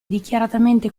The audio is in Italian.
dichiaratamente